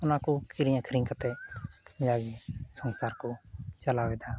ᱚᱱᱟᱠᱚ ᱠᱤᱨᱤᱧ ᱟᱹᱠᱷᱨᱤᱧ ᱠᱟᱛᱮᱫ ᱡᱟᱜᱮ ᱥᱚᱝᱥᱟᱨᱠᱚ ᱪᱟᱞᱟᱣᱮᱫᱟ